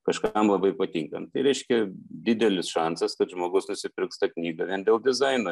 kažkam labai patinka nu tai reiškia didelis šansas kad žmogus nusipirks tą knygą vien dėl dizaino